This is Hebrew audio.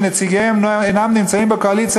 כשנציגיהם אינם נמצאים בקואליציה,